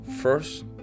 first